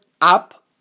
up